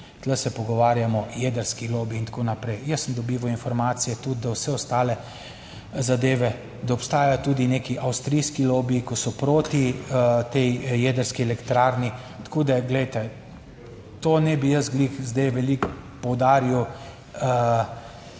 tu se pogovarjamo jedrski lobiji in tako naprej. Jaz sem dobival informacije tudi, da vse ostale zadeve, da obstajajo tudi neki avstrijski lobiji, ki so proti tej jedrski elektrarni. Tako da glejte, to ne bi jaz zdaj veliko poudaril.